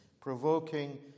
provoking